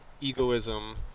egoism